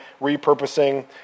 repurposing